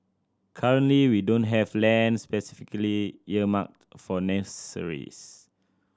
currently we don't have land specifically earmarked for nurseries